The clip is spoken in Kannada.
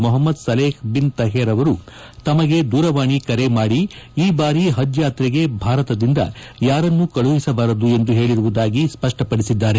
ಮೊಹಮ್ಲದ್ ಸಲೆಹ್ ಬಿನ್ ತಹೇರ್ ಅವರು ತಮಗೆ ದೂರವಾಣಿ ಕರೆ ಮಾಡಿ ಈ ಬಾರಿ ಹಜ್ ಯಾತ್ರೆಗೆ ಭಾರತದಿಂದ ಯಾರನ್ನೂ ಕಳುಹಿಸಬಾರದು ಎಂದು ಹೇಳಿರುವುದಾಗಿ ಸ್ಪಷ್ಟಪಡಿಸಿದ್ದಾರೆ